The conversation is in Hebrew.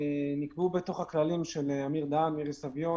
נקבעו בתוך הכללים של אמיר דהן ומירי סביון